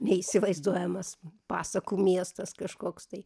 neįsivaizduojamas pasakų miestas kažkoks tai